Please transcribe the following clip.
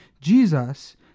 Jesus